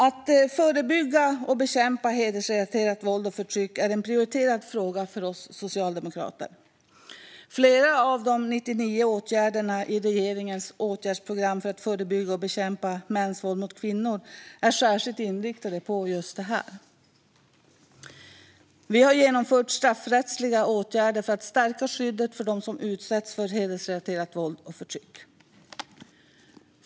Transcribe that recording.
Att förebygga och bekämpa hedersrelaterat våld och förtryck är en prioriterad fråga för oss socialdemokrater. Flera av de 99 åtgärderna i regeringens åtgärdsprogram för att förebygga och bekämpa mäns våld mot kvinnor är särskilt inriktade på just det här. Vi har genomfört straffrättsliga åtgärder för att stärka skyddet för dem som utsätts för hedersrelaterat våld och förtryck.